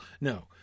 No